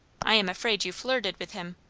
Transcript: i am afraid you flirted with him.